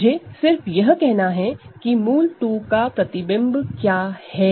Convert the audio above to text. मुझे सिर्फ यह कहना है की √2 की इमेज क्या है